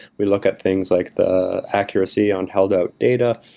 we look at things like the accuracy on held out data.